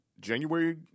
January